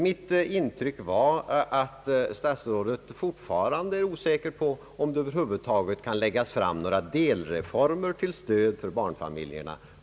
Mitt intryck blev att statsrådet fortfarande är osäker på om det över huvud taget under nästa år kan läggas fram några delförslag om stöd åt barnfamiljerna.